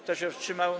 Kto się wstrzymał?